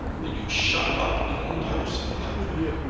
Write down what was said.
and you shut it up in an old house in the country.